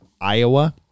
Iowa